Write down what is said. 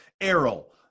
Errol